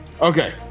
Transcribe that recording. Okay